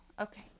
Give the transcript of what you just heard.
Okay